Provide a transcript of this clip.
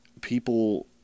people